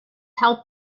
help